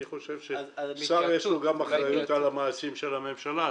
אני חושב שלשר יש גם אחריות על המעשים של הממשלה,